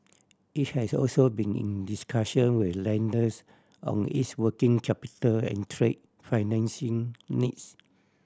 it has also been in discussion with lenders on its working capital and trade financing needs